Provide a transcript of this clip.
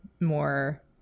more